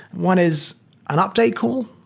one is an update call,